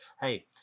hey